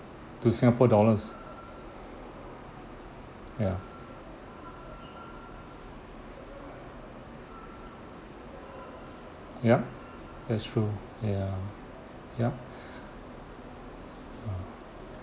to singapore dollars ya yup that's true ya yup ugh